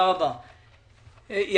אני